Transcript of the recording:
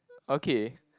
okay